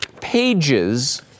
pages